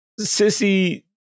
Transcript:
sissy